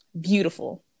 Beautiful